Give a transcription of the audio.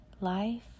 life